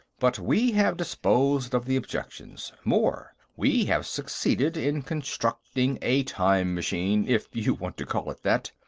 but we have disposed of the objections more, we have succeeded in constructing a time-machine, if you want to call it that.